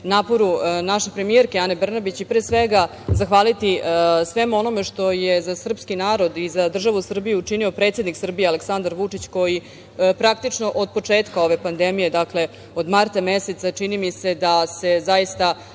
naše premijerke, Ane Brnabić, i pre svega, zahvaliti svemu onome što je za srpski narod i za državu Srbiju učinio predsednik Srbije, Aleksandar Vučić, koji praktično od početka ove pandemije, dakle od marta meseca, čini mi se da se zaista